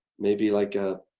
maybe like a,